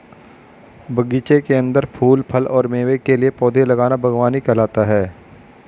बगीचे के अंदर फूल, फल और मेवे के लिए पौधे लगाना बगवानी कहलाता है